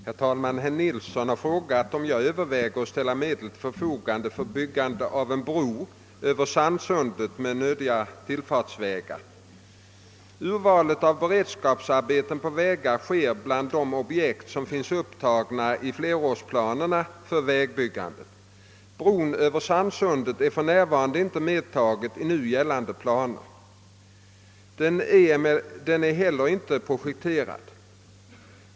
Herr talman! Herr Nilsson i Östersund har frågat om jag överväger att ställa medel till förfogande för byggande av en bro över Sannsundet med nödiga tillfartsvägar. Urvalet av beredskapsarbeten på vägar sker bland de objekt som finns upptagna i flerårsplanerna för vägbyggandet. Bron över Sannsundet är inte medtagen i nu gällande planer. Den är inte heller projekterad.